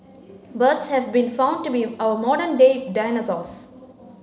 birds have been found to be our modern day dinosaurs